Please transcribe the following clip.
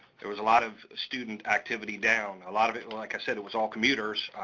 there was a lot of student activity down, a lot of it like i said, it was all commuters,